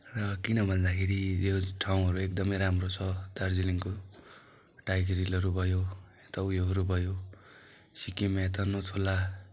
र किन भन्दाखेरि यो ठाउँहरू एकदमै राम्रो छ दार्जिलिङको टाइगर हिलहरू भयो अन्त उयोहरू भयो सिक्किमै यता नथुला